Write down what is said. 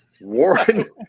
Warren